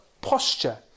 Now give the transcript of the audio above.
posture